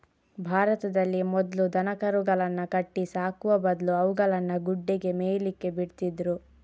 ಭಾರತದಲ್ಲಿ ಮೊದ್ಲು ದನಕರುಗಳನ್ನ ಕಟ್ಟಿ ಸಾಕುವ ಬದ್ಲು ಅವುಗಳನ್ನ ಗುಡ್ಡೆಗೆ ಮೇಯ್ಲಿಕ್ಕೆ ಬಿಡ್ತಿದ್ರು